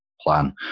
plan